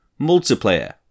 multiplayer